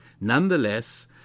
Nonetheless